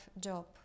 job